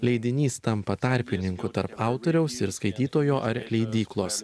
leidinys tampa tarpininku tarp autoriaus ir skaitytojo ar leidyklos